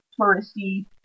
touristy